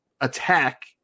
attack